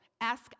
ask